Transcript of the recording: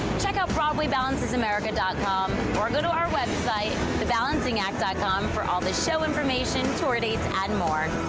check out broadway balances america dot com, or go to our website thebalancingact dot com for all the show information, tour dates and more.